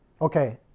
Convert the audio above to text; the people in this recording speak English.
Okay